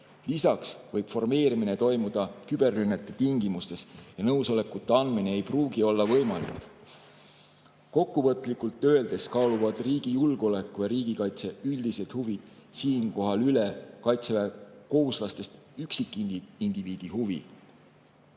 Lisaks võib formeerimine toimuda küberrünnete tingimustes ja nõusolekute andmine ei pruugi olla võimalik. Kokkuvõtlikult öeldes kaaluvad riigi julgeoleku ja riigikaitse üldised huvid siinkohal üles kaitseväekohustuslastest üksikindiviidide huvi.